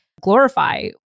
glorify